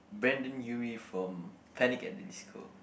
Brandon Urie from Panic at the Disco